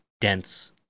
dense